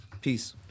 Peace